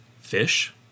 fish